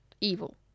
evil